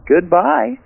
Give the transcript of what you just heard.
Goodbye